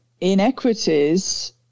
inequities